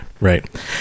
Right